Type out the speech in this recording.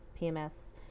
PMS